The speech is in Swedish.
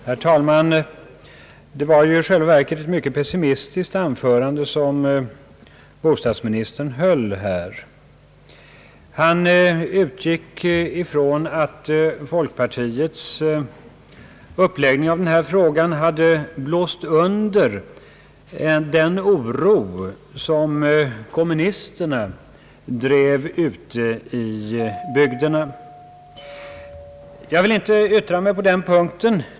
Herr talman! Det var ett mycket pessimistiskt anförande som bostadsministern höll. Han utgick ifrån att folkpartiets uppläggning av denna fråga hade blåst under den oro som kommunisterterna skapade ute i bygderna. Jag vill inte yttra mig på den punkten.